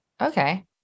okay